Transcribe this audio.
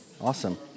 awesome